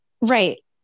Right